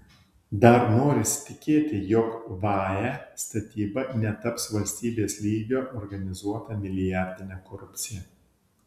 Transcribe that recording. dar norisi tikėti jog vae statyba netaps valstybės lygiu organizuota milijardine korupcija